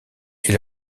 est